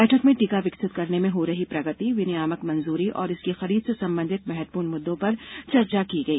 बैठक में टीका विकसित करने में हो रही प्रगति विनियामक मंजूरी और इसकी खरीद से संबंधित महत्वपूर्ण मुद्दों पर चर्चा की गई